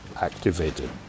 activated